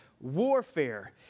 Warfare